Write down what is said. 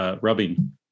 rubbing